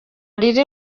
riri